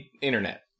internet